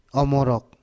omorok